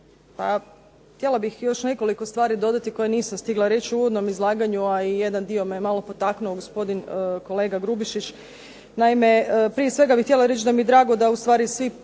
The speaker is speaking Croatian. Pa htjela bih još nekoliko stvari dodati koje nisam stigla reći u uvodnom izlaganju, a i jedan dio me malo potaknuo gospodin kolega Grubišić. Naime, prije svega bih htjela reći da mi je drago da ustvari